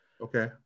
Okay